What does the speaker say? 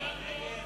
מי נמנע?